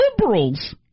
Liberals